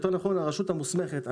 יותר נכון הרשות המוסמכת,